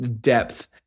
depth